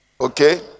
Okay